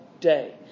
day